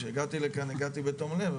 כשהגעתי לכאן הגעתי בתום לב,